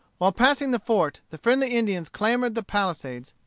while passing the fort, the friendly indians clambered the palisades,